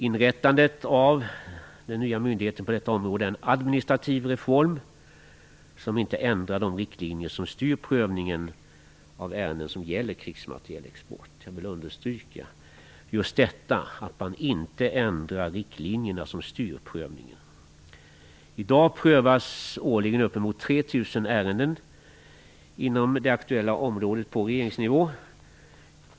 Inrättandet av den nya myndigheten på detta område är en administrativ reform som inte ändrar de riktlinjer som styr prövningen av ärenden som gäller krigsmaterielexport. Jag vill understryka just detta: man ändrar inte riktlinjerna som styr prövningen. I dag prövas årligen upp emot 3 000 ärenden inom det aktuella området på regeringsnivå.